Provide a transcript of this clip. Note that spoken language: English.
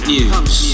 News